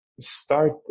start